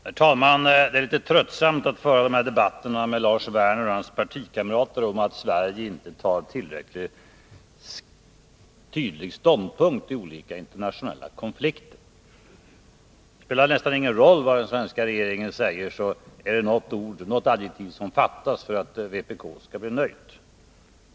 Herr talman! Det är litet tröttsamt att föra debatterna med Lars Werner och hans partikamrater om att Sverige inte tar tillräckligt tydlig ståndpunkt i olika internationella konflikter. Det spelar nästan ingen roll vad den svenska regeringen säger — alltid är det något adjektiv som fattas för att kommunisterna skall bli nöjda.